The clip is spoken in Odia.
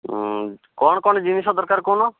ଉଁ କଣ କଣ ଜିନିଷ ଦରକାର କହୁନ